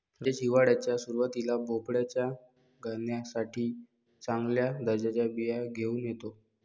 राजेश हिवाळ्याच्या सुरुवातीला भोपळ्याच्या गाण्यासाठी चांगल्या दर्जाच्या बिया घेऊन येतो